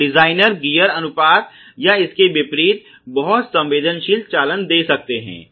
और designer gear अनुपात या इसके विपरीत बहुत संवेदनशील चालन दे सकते हैं